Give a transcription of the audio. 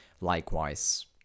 likewise